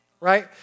right